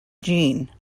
jean